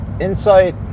insight